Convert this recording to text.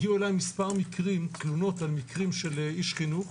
הגיעו אליי מספר תלונות על מקרים של איש חינוך